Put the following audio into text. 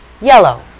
yellow